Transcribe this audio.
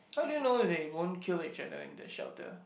so how do you know they won't kill each other in the shelter